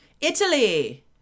Italy